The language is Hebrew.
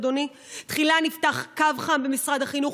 אדוני: תחילה נפתח קו חם במשרד החינוך